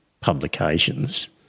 publications